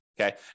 Okay